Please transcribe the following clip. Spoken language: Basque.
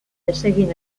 desegin